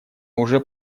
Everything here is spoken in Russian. уже